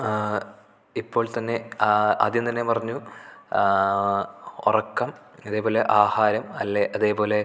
ഇപ്പോൾ തന്നെ ആദ്യം തന്നെ പറഞ്ഞു ഉറക്കം അതേപോലെ ആഹാരം അല്ലെങ്കിൽ അതേപോലെ